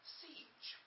siege